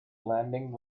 landing